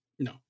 No